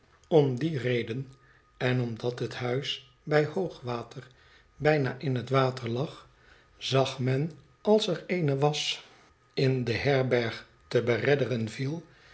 om die reden en omdat het huis bij hoog water bijna in het water lag zag men als er eene wasch in de herberg te beredderen viel